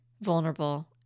vulnerable